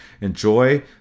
enjoy